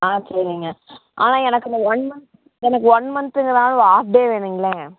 ஆ சரிங்க ஆனால் எனக்கு இந்த ஒன் மந்த் எனக்கு ஒன் மந்த்துங்கிறனால ஒரு ஆஃப் டே வேணுங்களேங்க